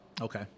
Okay